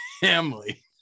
family